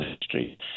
history